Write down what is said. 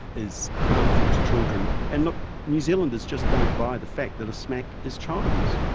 is harmful to children. and look, new zealanders just don't buy the fact that a smack is child abuse.